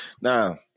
Now